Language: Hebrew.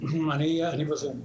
אני בזום.